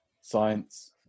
Science